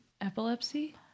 Epilepsy